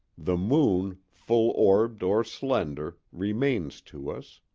the moon, full orbed or slender, remains to us.